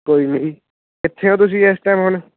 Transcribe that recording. ਕੋਈ ਨਹੀਂ ਕਿੱਥੇ ਹੋ ਤੁਸੀਂ ਇਸ ਟਾਈਮ ਹੁਣ